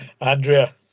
Andrea